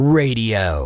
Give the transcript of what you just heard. radio